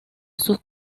sus